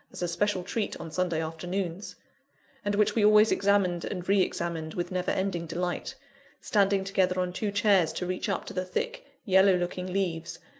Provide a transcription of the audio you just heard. as a special treat, on sunday afternoons and which we always examined and re-examined with never-ending delight standing together on two chairs to reach up to the thick, yellow-looking leaves,